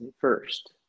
first